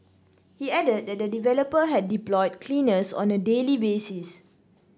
he added that the developer had deployed cleaners on a daily basis